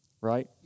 right